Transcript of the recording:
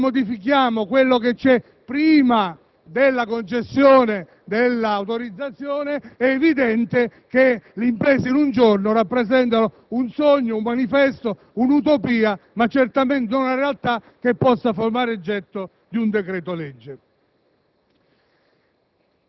perché, se non modifichiamo quanto c'è prima della concessione dell'autorizzazione, è evidente che le imprese in un giorno rappresentano un sogno, un manifesto, un'utopia e certamente non una realtà che possa formare oggetto di un decreto-legge.